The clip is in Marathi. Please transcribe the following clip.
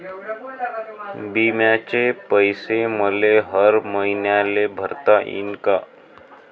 बिम्याचे पैसे मले हर मईन्याले भरता येईन का?